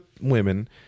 women